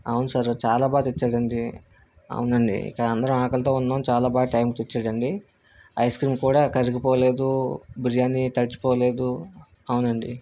అవును సారు చాలా బాగా తెచ్చాడండి అవునండి ఇక్కడ అందరం ఆకలితో ఉన్నాం చాలా బాగా టైంకి తెచ్చాడండి ఐస్ క్రీమ్ కూడా కరిగిపోలేదు బిర్యానీ తడిచిపోలేదు అవునండి